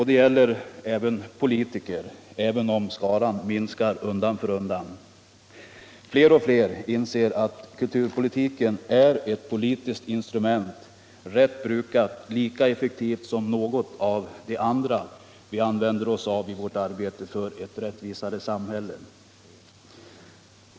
Det gäller även politiker, även om skaran minskar undan för undan. Fler och fler inser att kulturpolitiken är ett politiskt instrument, rätt brukat lika effektivt som något av de andra vi använder oss av i vårt arbete för ett rättvisare samhälle.